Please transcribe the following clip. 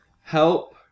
help